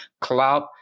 cloud